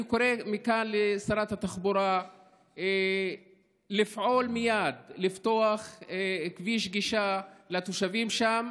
אני קורא מכאן לשרת התחבורה לפעול מייד לפתוח כביש גישה לתושבים שם.